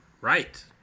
Right